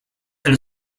elle